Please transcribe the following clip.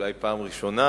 אולי פעם ראשונה,